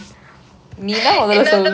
என்னத்த தான் சொல்றது:ennatha thaan solrathu